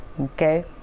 Okay